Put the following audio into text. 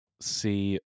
see